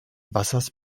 wassers